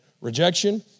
Rejection